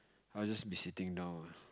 I'll just be sitting down